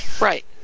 right